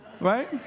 Right